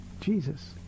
Jesus